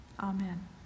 Amen